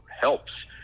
helps